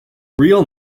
real